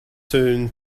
soon